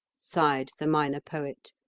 sighed the minor poet.